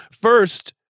First